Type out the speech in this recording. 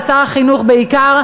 ושר החינוך בעיקר,